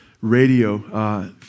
radio